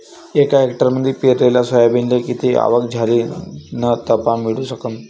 एका हेक्टरमंदी पेरलेल्या सोयाबीनले किती आवक झाली तं नफा मिळू शकन?